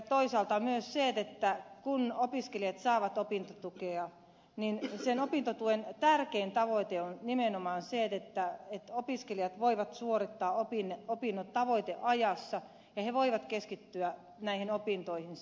toisaalta myös kun opiskelijat saavat opintotukea sen opintotuen tärkein tavoite on nimenomaan se että opiskelijat voivat suorittaa opinnot tavoiteajassa ja he voivat keskittyä opintoihinsa